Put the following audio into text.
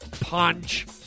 Punch